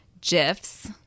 GIFs